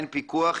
אין פיקוח,